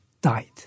died